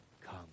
Come